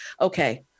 Okay